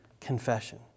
confession